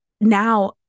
now